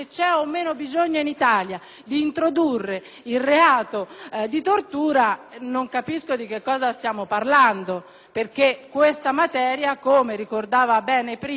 non capisco allora di cosa stiamo parlando, perché questa materia, come ricordava bene prima il senatore D'Ambrosio, è già stata sviscerata; è già stato approvato